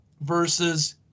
versus